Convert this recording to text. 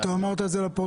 אתה אמרת את זה לפרוטוקול.